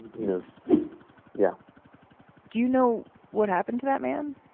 you know yeah do you know what happened to that man?